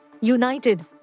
United